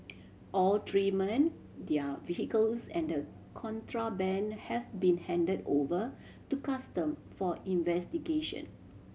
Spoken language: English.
all three men their vehicles and the contraband have been handed over to Custom for investigation